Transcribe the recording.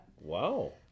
Wow